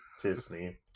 Disney